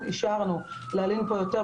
אישרנו להלין פה יותר,